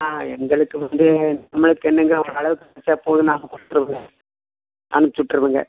ஆ எங்களுக்கு வந்து நம்மளுக்கு என்னங்க ஓரளவுக்கு கிடைச்சா போதும் அனுப்ச்சு வுட்ருவங்க